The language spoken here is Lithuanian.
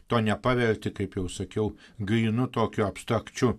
to nepaverti kaip jau sakiau grynu tokiu abstrakčiu